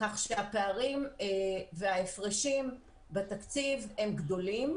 כך שהפערים וההפרשים בתקציב הם גדולים,